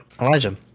Elijah